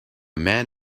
man